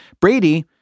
Brady